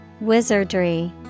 Wizardry